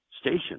station